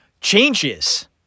Changes